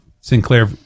Sinclair